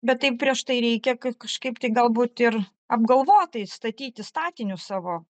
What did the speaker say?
bet taip prieš tai reikia k kažkaip tai galbūt ir apgalvotai statyti statinius savo